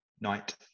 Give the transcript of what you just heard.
night